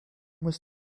was